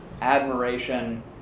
admiration